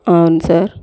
అవును సార్